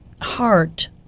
heart